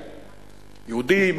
יהודים,